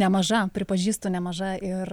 nemaža pripažįstu nemaža ir